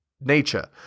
nature